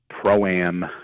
Pro-Am